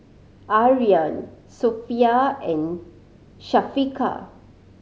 Aryan Sofea and Syafiqah